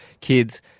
kids